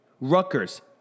Rutgers